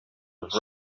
was